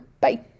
Bye